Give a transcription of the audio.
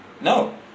no